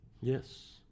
Yes